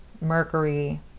Mercury